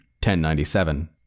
1097